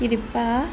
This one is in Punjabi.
ਕਿਰਪਾ